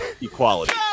equality